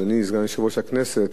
אדוני סגן יושב-ראש הכנסת,